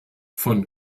von